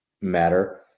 matter